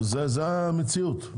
זו המציאות.